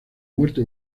muerte